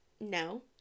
no